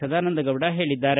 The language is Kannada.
ಸದಾನಂದಗೌಡ ಹೇಳಿದ್ದಾರೆ